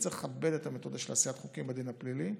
וצריך לכבד את המתודה של עשיית חוקים בדין הפלילי.